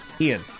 Ian